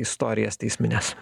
istorijas teismines